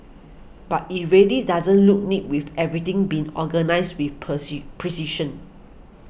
but it really doesn't look neat with everything being organised with precision